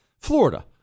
Florida